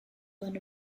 when